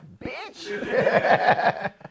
Bitch